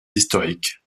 historiques